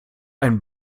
einen